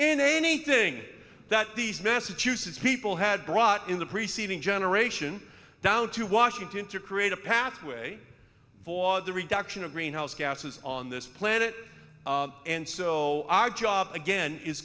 in anything that these massachusetts people had brought in the preceding generation down to washington to create a pathway for the reduction of greenhouse gases on this planet and so our job again i